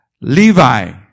Levi